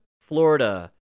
Florida